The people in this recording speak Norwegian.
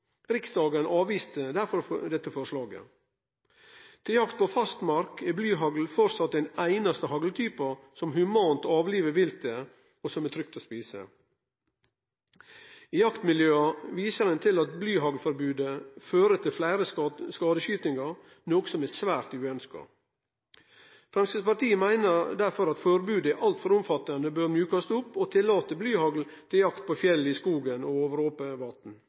Riksdagen avviste derfor dette forslaget. Til jakt på fastmark er blyhagl framleis den einaste hagltypen som humant avlivar viltet, og som er trygt å spise. I jaktmiljøa viser ein til at blyhaglforbodet fører til fleire skadeskytingar, noko som er svært uønskt. Framstegspartiet meiner derfor at forbodet er altfor omfattande, og at det bør mjukast opp og at ein bør tillate blyhagl til jakt på fjellet, i skogen og